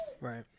Right